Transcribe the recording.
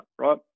right